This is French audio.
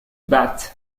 battent